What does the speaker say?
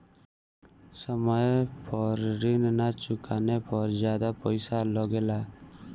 समय पर ऋण ना चुकाने पर ज्यादा पईसा लगेला?